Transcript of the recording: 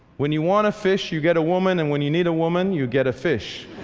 when you want a fish you get a woman and when you need a woman you get a fish.